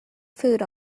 food